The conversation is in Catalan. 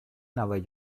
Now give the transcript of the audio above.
nova